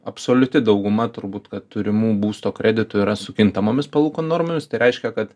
absoliuti dauguma turbūt kad turimų būsto kreditų yra su kintamomis palūkanų normomis tai reiškia kad